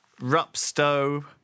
Rupstow